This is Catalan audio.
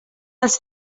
els